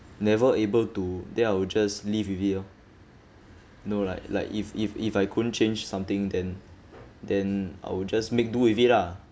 never able to then I'll just leave with it ah you know like like if if if I couldn't change something then then I will just make do with it ah